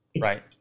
Right